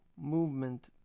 movement